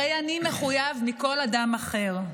הרי אני מחויב בכך מכל אדם אחר.